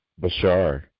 Bashar